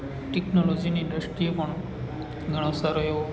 ટેક્નોલોજીની દૃષ્ટિએ પણ ઘણો સારો એવો